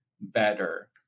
better